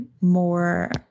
more